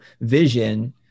vision